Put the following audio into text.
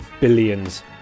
billions